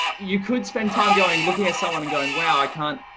you could spend time going, looking at someone and going, wow, i can't,